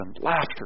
Laughter